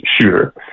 shooter